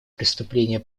преступления